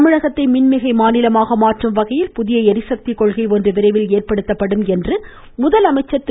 தமிழகத்தை மின்மிகை மாநிலமாக மாற்றும் வகையில் புதிய ளிசக்தி கொள்கை ஒன்று விரைவில் ஏற்படுத்தப்படும் என்று திரு